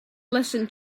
listen